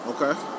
Okay